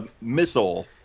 missile